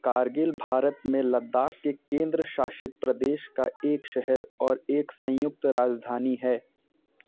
कारगिल भारत में लद्दाख के केंद्र शासित प्रदेश का एक शहर और एक संयुक्त राजधानी है